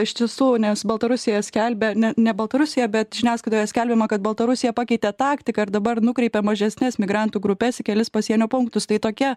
iš tiesų nes baltarusija skelbia ne ne baltarusija bet žiniasklaidoje skelbiama kad baltarusija pakeitė taktiką ir dabar nukreipė mažesnes migrantų grupes į kelis pasienio punktus tai tokie